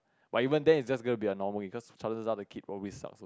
but even then it just go to be normal because chances are the kid probably sucks